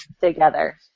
together